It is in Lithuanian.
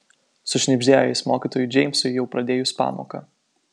sušnibždėjo jis mokytojui džeimsui jau pradėjus pamoką